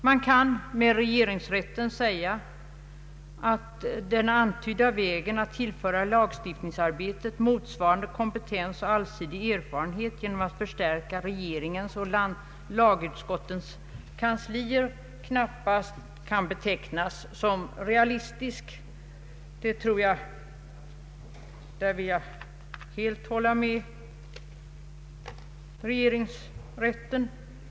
Man kan med regeringsrätten säga, att ”den antydda vägen med att tillföra lagstiftningsarbetet motsvarande kompetens och allsidig erfarenhet genom att förstärka regeringen och lagutskottens kanslier knappast kan betecknas som realistisk”. Där vill jag helt hålla med regeringsrätten.